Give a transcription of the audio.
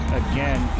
again